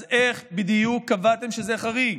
אז איך בדיוק קבעתם שזה חריג?